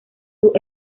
sus